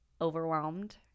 overwhelmed